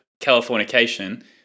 Californication